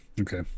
Okay